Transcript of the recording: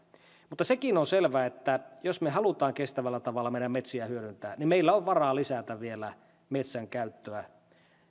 mutta sekin on selvä että jos me haluamme kestävällä tavalla meidän metsiämme hyödyntää niin meillä on varaa lisätä vielä metsänkäyttöä